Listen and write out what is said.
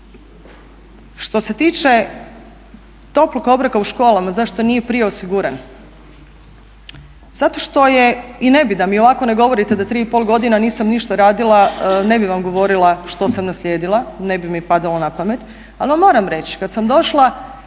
Što se tiče toplog obroka u školama, zašto nije prije osiguran, zato što je i ne bi da mi ovako ne govorite da 3,5 godine nisam ništa radila ne bih vam govorila što sam naslijedila, ne bi mi padalo na pamet ali vam moram reći kad sam došla